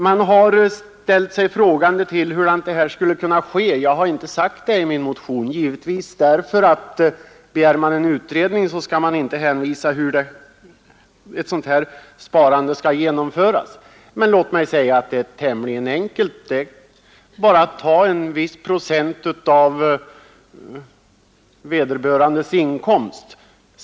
Man har ställt sig frågande till på vad sätt det här skulle kunna genomföras. Jag har inte sagt det i min motion, givetvis därför att, när man begär en utredning, man inte skall hänvisa till hur ett sådant här sparande skall genomföras. Men låt mig säga att det är tämligen enkelt: Det är bara att ta en viss procent av vederbörandes inkomst.